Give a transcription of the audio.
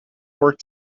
work